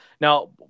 now